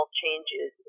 changes